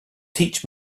teach